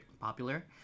popular